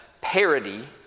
parody